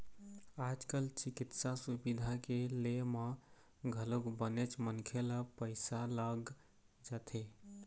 आज कल चिकित्सा सुबिधा के ले म घलोक बनेच मनखे ल पइसा लग जाथे